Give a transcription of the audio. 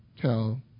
tell